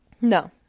No